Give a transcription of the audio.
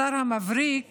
השר המבריק